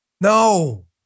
No